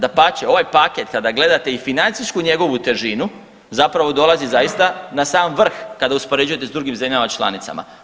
Dapače, ovaj paket kada gledate i financijsku njegovu težinu zapravo dolazi zaista na sam vrh kada uspoređujete s drugim zemljama članicama.